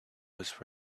was